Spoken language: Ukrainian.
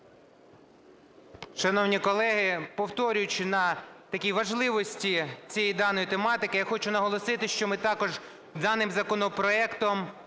Шановні колеги, повторюючи на такій важливості цієї даної тематики, я хочу наголосити, що ми також даним законопроектом